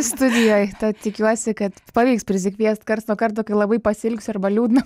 studijoj tad tikiuosi kad pavyks prisikviest karts nuo karto kai labai pasiilgsiu arba liūdna